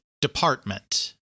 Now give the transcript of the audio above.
department